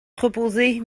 proposés